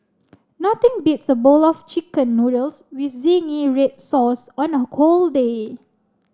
nothing beats a bowl of chicken noodles with zingy red sauce on a cold day